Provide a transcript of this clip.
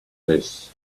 this